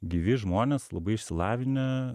gyvi žmonės labai išsilavinę